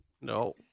No